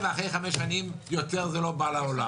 ואחרי 5 שנים יותר זה לא בא לעולם.